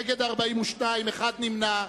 42 נגד, נמנע אחד.